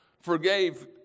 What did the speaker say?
forgave